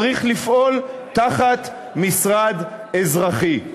צריך לפעול תחת משרד אזרחי.